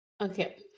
Okay